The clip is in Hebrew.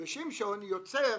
ושמשון יוצר